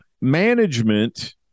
Management